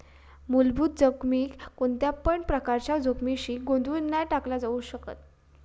मुलभूत जोखमीक कोणत्यापण प्रकारच्या जोखमीशी गोंधळुन नाय टाकला जाउ शकत